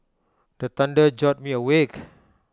the thunder jolt me awake